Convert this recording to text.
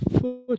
foot